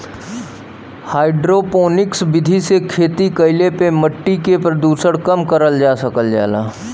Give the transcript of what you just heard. hydroponics विधि से खेती कईले पे मट्टी के प्रदूषण कम करल जा सकल जाला